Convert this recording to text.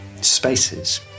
spaces